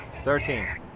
Thirteen